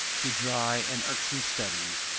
to dry and irksome studies,